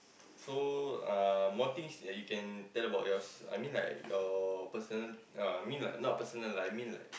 so uh more things that you can tell about yours I mean like your personal uh I mean like not personal lah I mean like